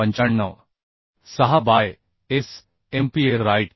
6 by S MPA right